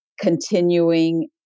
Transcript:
continuing